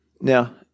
Now